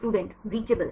student reachable